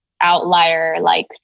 outlier-like